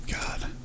God